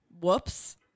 Whoops